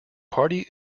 party